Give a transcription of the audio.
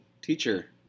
teacher